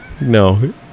No